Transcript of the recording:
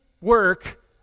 work